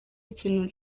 ikintu